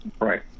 Right